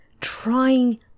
trying